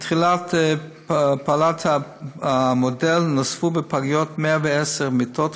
מתחילת פעולת המודל נוספו בפגיות 110 מיטות חדשות,